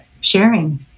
sharing